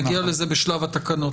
נגיע לזה בשלב התקנות.